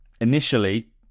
initially